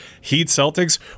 Heat-Celtics